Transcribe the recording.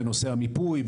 בנושא המיפוי,